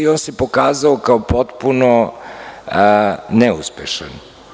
On se pokazao kao potpuno neuspešan.